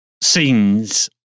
scenes